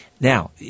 Now